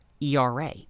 ERA